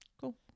Cool